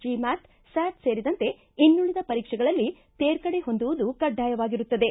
G mat ಸ್ಟಾಟ್ ಸೇರಿದಂತೆ ಇನ್ನುಳಿದ ಪರೀಕ್ಷೆಗಳಲ್ಲಿ ತೇರ್ಗಡೆ ಹೊಂದುವುದು ಕಡ್ಡಾಯವಾಗಿರುತ್ತದೆ